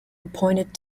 appointed